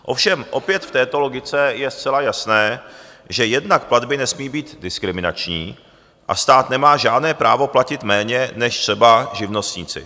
Ovšem opět v této logice je zcela jasné, že jednak platby nesmí být diskriminační a stát nemá žádné právo platit méně než třeba živnostníci.